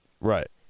Right